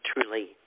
truly